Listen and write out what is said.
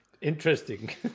interesting